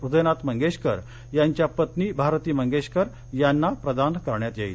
हृदयनाथ मंगेशकर यांच्या पत्नी भारती मंगेशकर यांना प्रदान करण्यात येईल